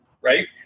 right